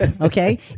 okay